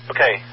Okay